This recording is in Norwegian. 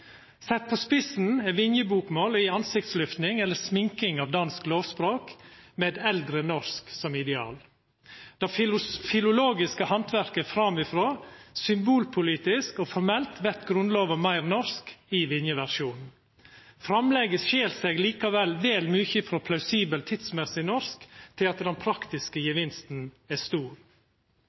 Sett på spissen er Vinje-bokmål ei ansiktslyfting eller sminking av dansk lovspråk med eit eldre norsk som ideal. Det filologiske handverket er framifrå. Symbolpolitisk og formelt vert Grunnlova meir norsk i Vinje sin versjon. Framlegget skil seg likevel vel mykje frå plausibelt tidhøveleg norsk til at den praktiske gevinsten er stor.